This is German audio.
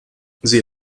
sie